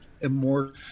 immortal